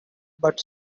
but